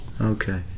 Okay